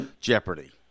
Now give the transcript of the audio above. Jeopardy